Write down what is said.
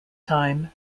time